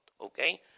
Okay